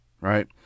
right